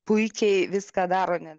puikiai viską daro ne